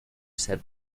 ser